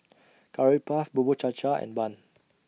Curry Puff Bubur Cha Cha and Bun